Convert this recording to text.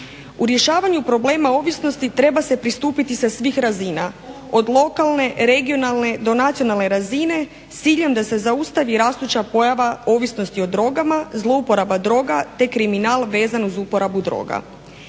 U rješavanju problema ovisnosti treba se pristupiti sa svih razina od lokalne, regionalne, do nacionalne razine, s ciljem da se zaustavi rastuća pojava ovisnosti o drogama, zlouporaba droga, te kriminal vezan uz uporabu droga.